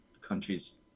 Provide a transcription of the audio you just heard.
countries